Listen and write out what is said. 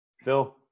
Phil